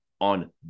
on